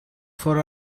for